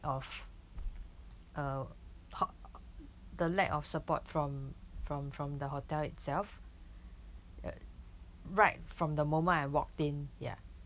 of a ho~ the lack of support from from from the hotel itself right from the moment I walked in ya